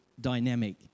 dynamic